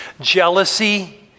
Jealousy